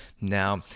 Now